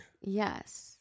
Yes